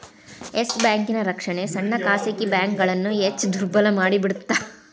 S ಬ್ಯಾಂಕಿನ್ ರಕ್ಷಣೆ ಸಣ್ಣ ಖಾಸಗಿ ಬ್ಯಾಂಕ್ಗಳನ್ನ ಹೆಚ್ ದುರ್ಬಲಮಾಡಿಬಿಡ್ತ್